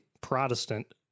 Protestant